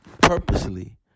purposely